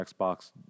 Xbox